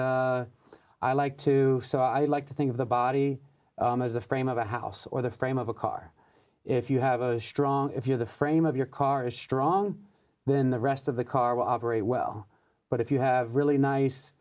i like to so i like to think of the body as a frame of a house or the frame of a car if you have a strong if you're the frame of your car is strong then the rest of the car will operate well but if you have really nice